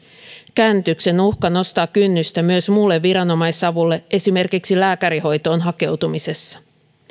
käännytyksen uhka nostaa kynnystä myös muulle viranomaisavulle esimerkiksi lääkärihoitoon hakeutumisessa